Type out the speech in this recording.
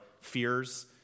fears